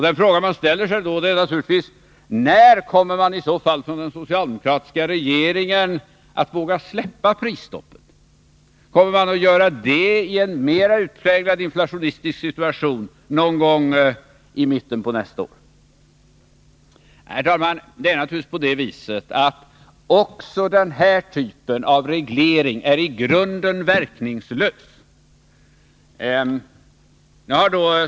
Den frågan man då ställer sig är naturligtvis: När kommer den socialdemokratiska regeringen att våga släppa prisstoppet? Kommer den att göra det i en mer utpräglat inflationistisk situation någon gång i mitten på nästa år? Herr talman! Också den här typen av reglering är naturligtvis i grunden verkningslös.